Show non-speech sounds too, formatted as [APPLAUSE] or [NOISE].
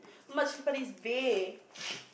much chilli-padi is bae [NOISE]